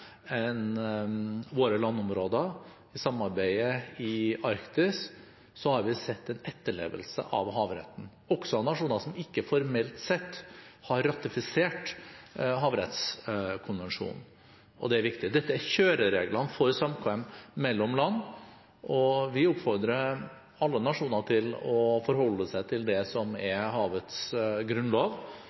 våre landområder, i samarbeidet i Arktis, sett en etterlevelse av havretten – også av nasjoner som ikke formelt sett har ratifisert Havrettskonvensjonen. Det er viktig. Dette er kjørereglene for samkvem mellom land, og vi oppfordrer alle nasjoner til å forholde seg til havets grunnlov.